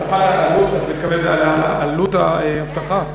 את מתכוונת לעלות האבטחה?